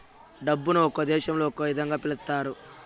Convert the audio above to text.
డబ్బును ఒక్కో దేశంలో ఒక్కో ఇదంగా పిలుత్తారు